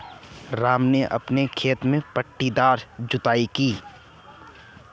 राम ने अपने खेत में पट्टीदार जुताई की